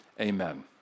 amen